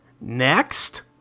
Next